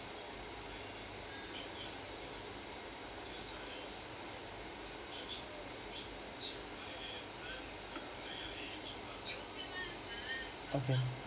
okay